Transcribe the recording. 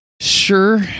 Sure